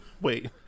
Wait